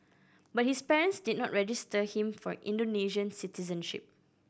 but his parents did not register him for Indonesian citizenship